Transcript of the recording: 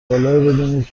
بدونید